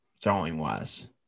throwing-wise